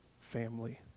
family